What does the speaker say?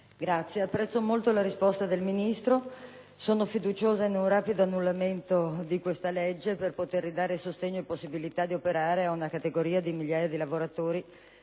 Presidente, apprezzo molto la risposta del Ministro. Sono fiduciosa in un rapido annullamento della suddetta norma, per ridare sostegno e possibilità di operare a una categoria di migliaia di operatori